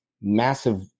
massive